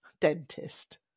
dentist